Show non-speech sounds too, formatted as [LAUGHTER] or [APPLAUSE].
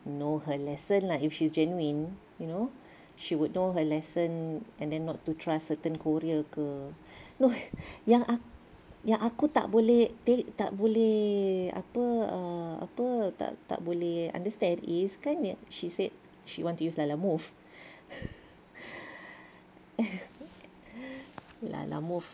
know her lesson lah if she's genuine you know she would know her lesson and then not to trust certain courier ke no [BREATH] yang aku tak boleh take tak boleh apa ah apa tak boleh understand is kan she said she wants to use lalamove [BREATH] lalamove